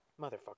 motherfucker